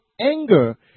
anger